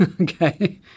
Okay